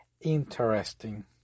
interesting